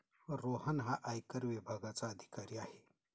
रोहन हा आयकर विभागाचा अधिकारी आहे